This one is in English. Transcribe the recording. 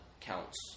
counts